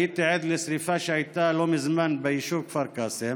הייתי עד לשרפה שהייתה לא מזמן ביישוב כפר קאסם.